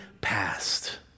past